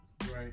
Right